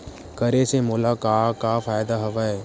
करे से मोला का का फ़ायदा हवय?